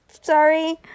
sorry